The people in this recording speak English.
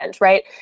right